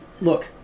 look